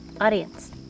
Audience